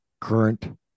current